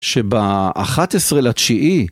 שבאחת עשרה לתשיעי.